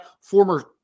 former